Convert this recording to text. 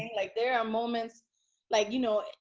like, there are moments like, you know,